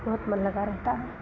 बहुत मन लगा रहता है